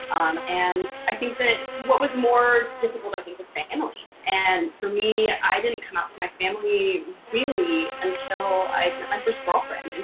um and i think that what was more difficult, i think, was family. and for me, i didn't come out to my family, really, until i i first girlfriend, and